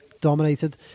dominated